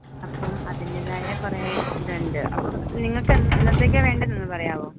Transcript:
അപ്പം അതിൻറ്റേതായ കുറേ ഇതുണ്ട് അപ്പം നിങ്ങൾക്ക് എന്നത്തേക്കാണ് വേണ്ടത് എന്നൊന്ന് പറയാമോ